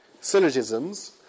syllogisms